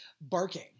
barking